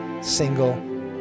single